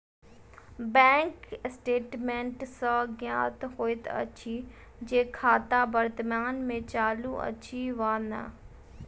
bank statement सॅ ज्ञात होइत अछि जे खाता वर्तमान मे चालू अछि वा नै